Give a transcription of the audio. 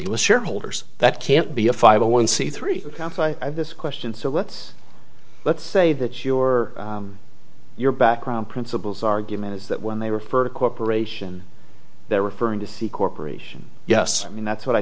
list shareholders that can't be a five a one c three counts i have this question so let's let's say that your your background principles argument is that when they refer to a corporation they're referring to see corporation yes i mean that's what i